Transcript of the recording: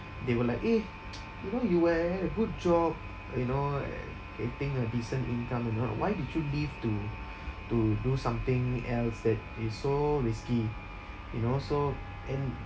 they will like eh you know you were had had a good job you know and and paying a decent income and not why did you leave to to do something else that is so risky and also and